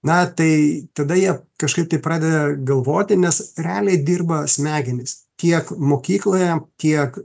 na tai tada jie kažkaip tai pradeda galvoti nes realiai dirba smegenys tiek mokykloje tiek